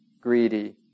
greedy